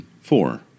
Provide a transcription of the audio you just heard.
four